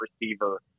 receiver